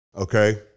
Okay